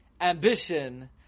ambition